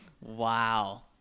Wow